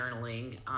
journaling